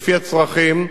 לפי הצרכים,